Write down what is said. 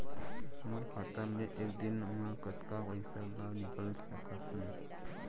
मोर खाता ले एक दिन म कतका पइसा ल निकल सकथन?